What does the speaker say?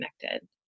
connected